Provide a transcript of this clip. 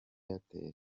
airtel